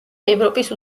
ევროპის